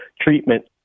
treatment